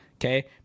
okay